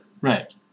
Right